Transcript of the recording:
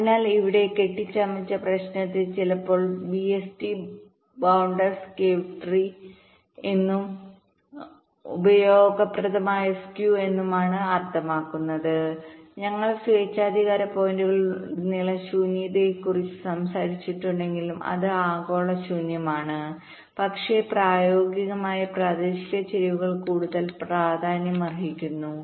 അതിനാൽ ഇവിടെ കെട്ടിച്ചമച്ച പ്രശ്നത്തെ ചിലപ്പോൾ ബിഎസ്ടി ബൌണ്ടഡ് സ്കേവ് ട്രീ പ്രശ്നംഎന്നും ഉപയോഗപ്രദമായ സ്ക്യൂ എന്നാണ് അർത്ഥമാക്കുന്നത് ഞങ്ങൾ സ്വേച്ഛാധികാര പോയിന്റുകളിലുടനീളം ശൂന്യതയെക്കുറിച്ച് സംസാരിച്ചിട്ടുണ്ടെങ്കിലും അത് ആഗോള ശൂന്യമാണ് പക്ഷേ പ്രായോഗികമായി പ്രാദേശിക ചരിവുകൾ കൂടുതൽ പ്രാധാന്യമർഹിക്കുന്നു